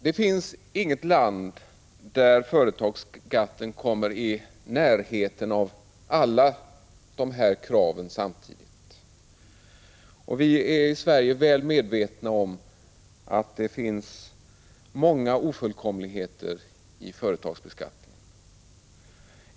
Det finns inget land där företagsskatten kommer i närheten av alla de här kraven samtidigt. Vi är i Sverige väl medvetna om att det finns många ofullkomligheter i företagsbeskattningen.